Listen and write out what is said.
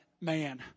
man